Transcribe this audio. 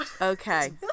okay